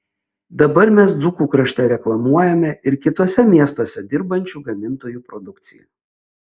dabar mes dzūkų krašte reklamuojame ir kituose miestuose dirbančių gamintojų produkciją